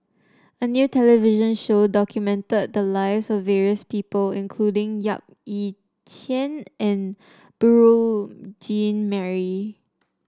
a new television show documented the lives of various people including Yap Ee Chian and Beurel Jean Marie